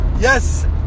Yes